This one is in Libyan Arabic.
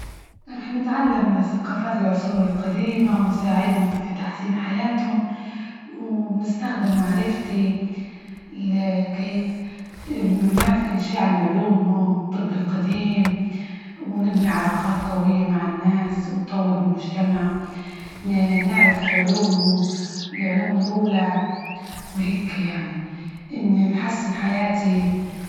راح نتعلم ثقافات العصور القديمة ونساعدهم في تحسين حياتهم، وبنستخدم معرفتي ال كيف بنعرف كل شي عن علومهم، الطب القديم، ونبني علاقات قوية مع الناس ونطور بالمجتمع، ن- نعرف علومهم العلوم الأولى وهيكى يعنى، نحسن حياتى.